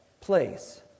place